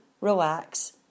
relax